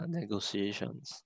negotiations